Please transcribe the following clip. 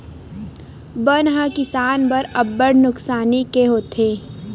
बन ह किसान बर अब्बड़ नुकसानी के होथे